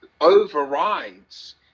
overrides